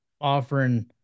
offering